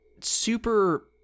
super